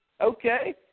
okay